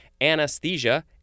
anesthesia